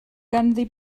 ganddi